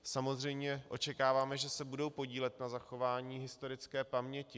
Samozřejmě očekáváme, že se budou podílet na zachování historické paměti.